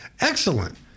Excellent